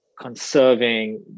conserving